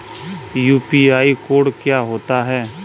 UPI code क्या होता है?